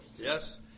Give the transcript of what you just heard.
Yes